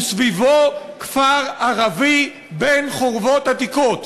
וסביבו כפר ערבי בין חורבות עתיקות.